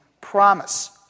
promise